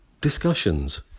discussions